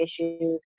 issues